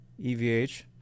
EVH